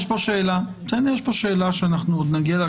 יש פה שאלה שאנחנו עוד נגיע אליה,